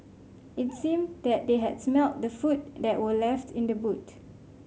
it seemed that they had smelt the food that were left in the boot